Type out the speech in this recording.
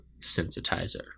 sensitizer